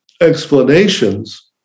explanations